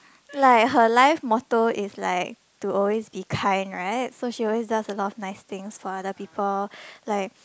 like her life motto is like to always be kind right so she always does a lot of nice things for other people like